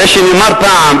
הרי נאמר פעם,